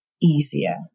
easier